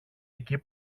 εκεί